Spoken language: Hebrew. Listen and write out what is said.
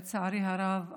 לצערי הרב,